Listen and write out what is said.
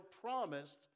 promised